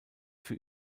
für